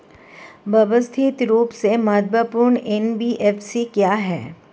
व्यवस्थित रूप से महत्वपूर्ण एन.बी.एफ.सी क्या हैं?